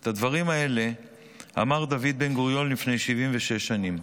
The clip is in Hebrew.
את הדברים האלה אמר דוד בן-גוריון לפני 76 שנים.